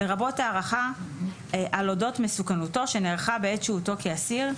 לרבות ההערכה על אודות מסוכנותו שנערכה בעת שהותו כאסיר,